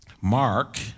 Mark